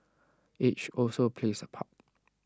age also plays A part